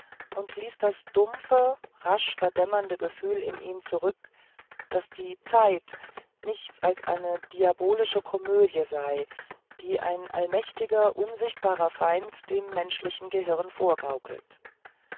und ließ das dumpfe rasch verdämmernde gefühl in ihm zurück daß die zeit nichts als eine diabolische komödie sei die ein allmächtiger unsichtbarer feind dem menschlichen gehirn vorgaukelt